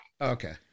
Okay